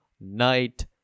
night